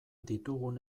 ditugun